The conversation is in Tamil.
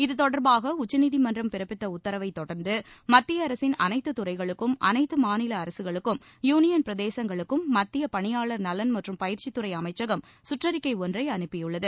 இது தொடர்பாக உச்சநீதிமன்றம் பிறப்பித்த உத்தரவை தொடர்ந்து மத்திய அரசின் அனைத்து துறைகளுக்கும் அனைத்து மாநில அரசுகளுக்கும் யூனியன் பிரதேசங்களுக்கும் மத்திய பணியாளர் நலன் மற்றும் பயிற்சி துறை அமைச்சகம் சுற்றிக்கை ஒன்றை அனுப்பியுள்ளது